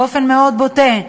באופן מאוד בוטה,